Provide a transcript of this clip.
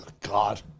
God